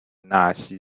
纳西